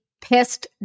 pissed